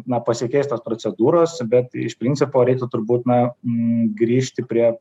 na pasikeis tos procedūros bet iš principo reiktų turbūt na grįžti prie